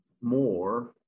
more